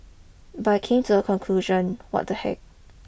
but came to the conclusion what the heck